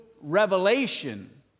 revelation